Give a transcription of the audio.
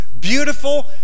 beautiful